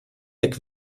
weg